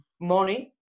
money